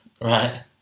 Right